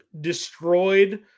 destroyed